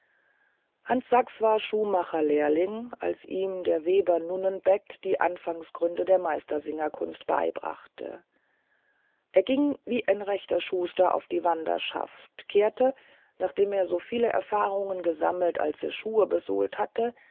hans sachs war schuhmacherlehrling als ihm der weber nunnenbeck die anfangsgründe der meistersingerkunst beibrachte er ging wie ein rechter schuster auf die wanderschaft kehrte nachdem er so viele erfahrungen gesammelt als er schuhe besohlt hatte